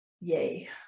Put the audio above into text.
yay